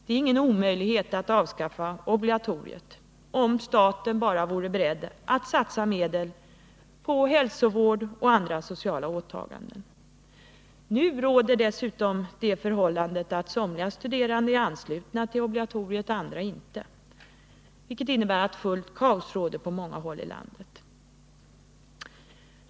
Det är ingen omöjlighet att avskaffa obligatoriet om bara staten är beredd att satsa medel på hälsovård och andra sociala åtaganden. Nu är dessutom förhållandet det att somliga studerande är anslutna till obligatoriet, andra inte. Det innebär att fullt kaos råder på många håll i landet.